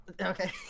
Okay